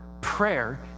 prayer